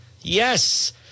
Yes